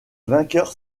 vainqueur